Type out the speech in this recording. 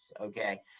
okay